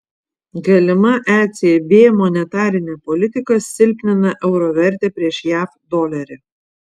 galima ecb monetarinė politika silpnina euro vertę prieš jav dolerį